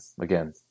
Again